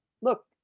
Look